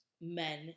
men